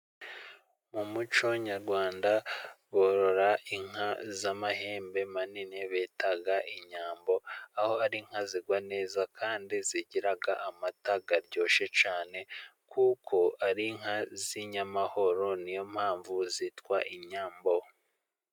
Mu muco nyarwanda borora inka z'amahembe manini bita inyambo. Aho ari inka zigwa neza kandi zigira amata aryoshye cyane. Kuko ari inka z'inyamahoro ni yo mpamvu zitwa inyambo.